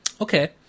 Okay